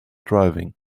driving